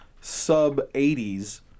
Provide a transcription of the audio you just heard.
sub-80s